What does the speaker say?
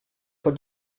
con